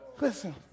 Listen